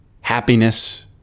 happiness